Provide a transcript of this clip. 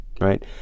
right